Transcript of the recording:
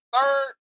third